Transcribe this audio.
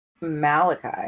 Malachi